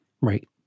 right